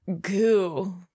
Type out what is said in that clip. goo